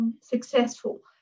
successful